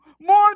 more